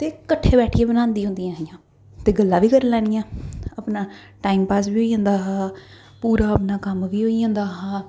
ते कट्ठे बैठियै बनांदियां होंदियां हियां ते गल्लां बी करी लैनियां अपना टाइम पास बी होई जंदा हा पूरा अपना कम्म बी होई जंदा हा